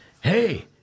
hey